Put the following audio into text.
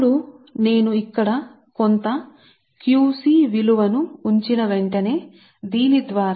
ఇప్పుడు నేను ఇక్కడ కొంత విలువ ను Qc ఉంచిన వెంటనే నేను కోరుకుంటున్నాను దీని ద్వారా నేను నిర్వహించాలని